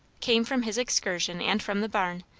came from his excursion and from the barn,